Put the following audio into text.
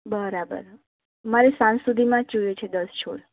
બરાબર મારે સાંજ સુધીમાં જ જોઈએ છે દસ છોડ